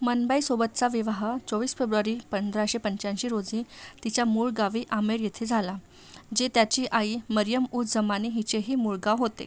मनबाईसोबतचा विवाह चोवीस फेब्रुवारी पंधराशे पंच्याऐंशी रोजी तिच्या मूळ गावी आमेर येथे झाला जे त्याची आई मरियम उझ जमानी हिचेही मूळ गाव होते